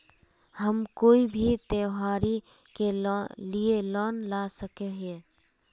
हम कोई भी त्योहारी के लिए लोन ला सके हिये?